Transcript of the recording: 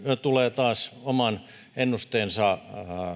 tulee taas oman ennusteensa